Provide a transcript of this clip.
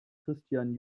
christian